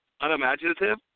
unimaginative